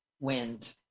wind